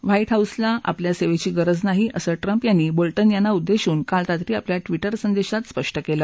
white House ला आपल्या सेवेची गरज नाहीअसं ट्रम्प यांनी बोलटन यांना उद्देशून काल रात्री आपल्या ट्विटर संदेशात स्पष्ट केलं